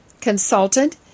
Consultant